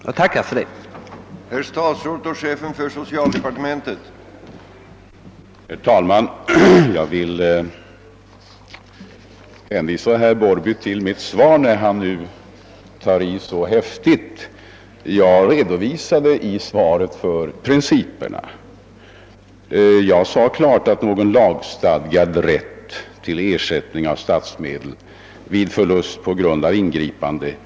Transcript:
Jag tackar för det beskedet.